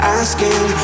asking